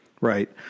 right